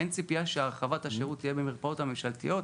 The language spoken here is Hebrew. אין ציפייה שהרחבת השירות תהיה במרפאות הממשלתיות,